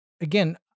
again